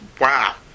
wow